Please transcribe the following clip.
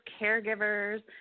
caregivers